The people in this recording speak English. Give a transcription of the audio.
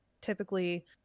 typically